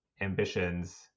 ambitions